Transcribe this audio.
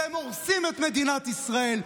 והם הורסים את מדינת ישראל,